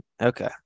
Okay